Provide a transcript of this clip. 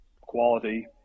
quality –